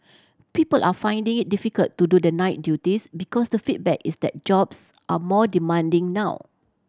people are finding it difficult to do the night duties because the feedback is that jobs are more demanding now